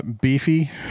beefy